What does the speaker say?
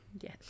yes